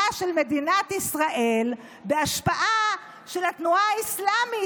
של מדינת ישראל בהשפעה של התנועה האסלאמית?